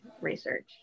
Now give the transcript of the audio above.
research